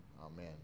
amen